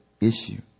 issue